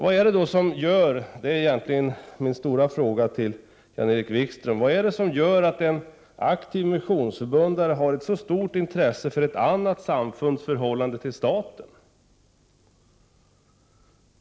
Vad är det som gör — det är egentligen min stora fråga till Jan-Erik Wikström — att en aktiv missionsförbundare har ett så stort intresse för ett annat samfunds förhållande till staten?